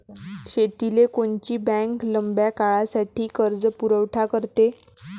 शेतीले कोनची बँक लंब्या काळासाठी कर्जपुरवठा करते?